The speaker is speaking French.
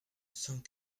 cent